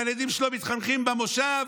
והילדים שלו מתחנכים במושב.